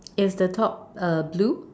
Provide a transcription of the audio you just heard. is the top uh blue